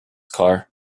car